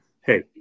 hey